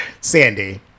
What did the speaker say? Sandy